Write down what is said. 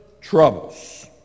troubles